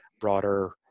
broader